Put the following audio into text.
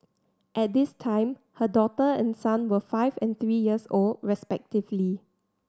at this time her daughter and son were five and three years old respectively